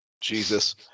Jesus